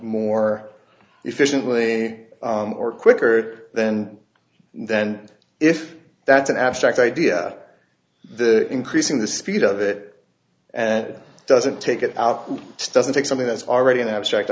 more efficiently or quicker then then if that's an abstract idea the increasing the speed of it and it doesn't take it out doesn't take something that's already an abstract